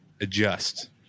adjust